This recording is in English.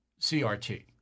CRT